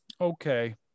okay